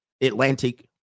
Atlantic